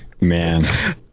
man